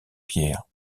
pierre